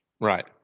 Right